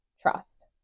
trust